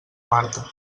marta